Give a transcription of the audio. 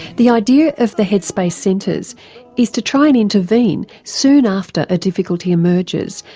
the idea of the headspace centres is to try and intervene soon after a difficulty emerges,